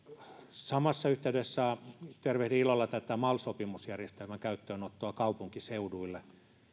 samassa yhteydessä tervehdin ilolla tätä mal sopimusjärjestelmän käyttöönottoa kaupunkiseuduille